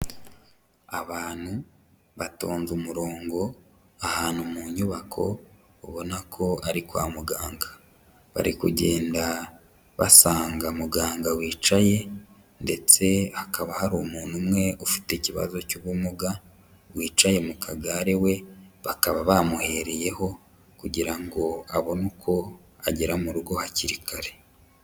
Abantu batonze umurongo ahantu mu nyubako ubona ko ari kwa muganga. Bari kugenda basanga muganga wicaye ndetse hakaba hari umuntu umwe ufite ikibazo cy'ubumuga wicaye mu kagare we, bakaba bamuhereyeho kugira ngo abone uko agera mu rugo hakiri kare.